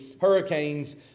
hurricanes